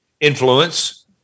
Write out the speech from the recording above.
influence